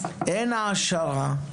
אין העשרה,